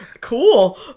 Cool